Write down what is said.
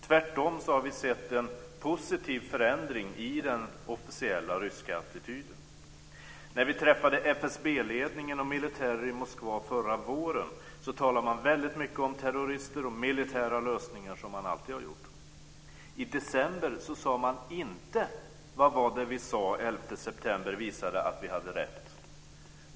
Tvärtom har vi sett en positiv förändring i den officiella ryska attityden. När vi träffade FSB-ledningen och militärer i Moskva förra våren talade man väldigt mycket om terrorister och militära lösningar, som man alltid har gjort. I december sade man inte: Vad var det vi sade, 11 december visade att vi hade rätt.